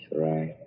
right